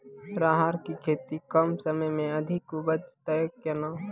राहर की खेती कम समय मे अधिक उपजे तय केना?